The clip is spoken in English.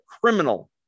criminal